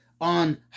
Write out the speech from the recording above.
on